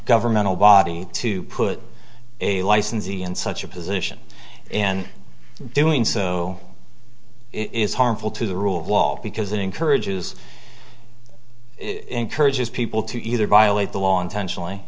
governmental body to put a licensee in such a position and doing so is harmful to the rule of law because it encourages it encourages people to either violate the law intentionally